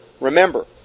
Remember